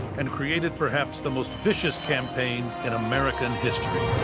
and created perhaps the most vicious campaign in american history.